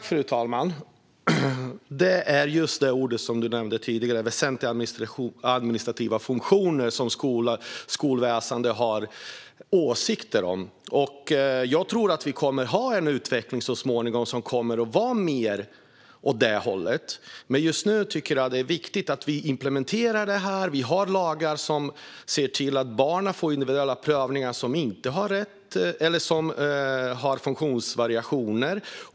Fru talman! Det är just väsentliga administrativa funktioner, som Magnus Jacobsson nämnde tidigare, som skolväsendet har åsikter om. Jag tror att utvecklingen så småningom kommer att gå mer åt det hållet. Men just nu tycker jag att det är viktigt att vi implementerar detta. Vi har lagar som ser till att barn som har funktionsvariationer får individuella prövningar.